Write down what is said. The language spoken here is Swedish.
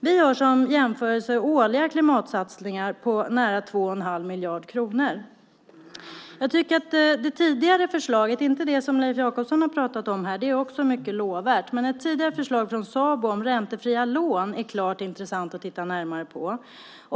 Vi har som jämförelse årliga klimatsatsningar på nära 2 1⁄2 miljard kronor. Jag tycker att det tidigare förslaget - inte det som Leif Jakobsson har pratat om här men som också är mycket lovvärt - från Sabo om räntefria lån är klart intressant att titta närmare på.